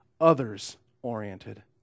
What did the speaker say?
others-oriented